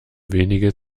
wenige